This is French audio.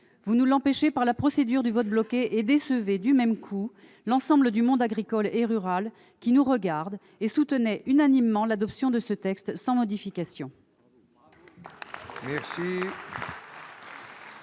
Vous nous l'empêchez par la procédure du vote bloqué et décevez du même coup l'ensemble du monde agricole et rural, qui nous regarde et soutenait unanimement l'adoption de ce texte sans modification.